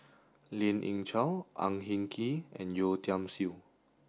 Lien Ying Chow Ang Hin Kee and Yeo Tiam Siew